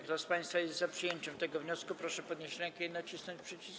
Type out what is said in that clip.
Kto z państwa jest za przyjęciem tego wniosku, proszę podnieść rękę i nacisnąć przycisk.